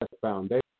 foundation